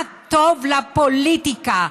מה טוב לפוליטיקה.